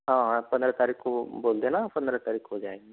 हाँ हाँ पंद्रह तारीख को बोल देना पंद्रह तारीख को आ जाएंगे